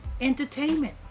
Entertainment